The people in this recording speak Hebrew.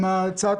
לכמה